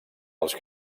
dels